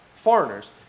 foreigners